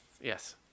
Yes